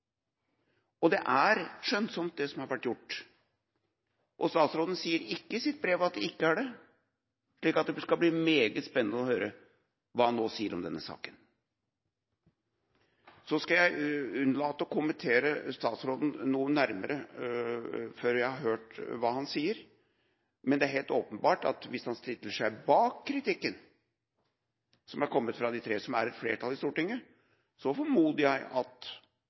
riktig. Det er skjønnsomt gjort. Statsråden sier ikke i sitt brev at det ikke er det. Så det skal bli meget spennende å høre hva han nå sier om denne saken. Jeg skal unnlate å kommentere noe nærmere før jeg har hørt hva statsråden sier. Men det er helt åpenbart at hvis han stiller seg bak kritikken som er kommet fra de tre, som utgjør et flertall i Stortinget, formoder jeg at